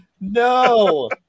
No